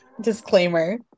disclaimer